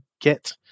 get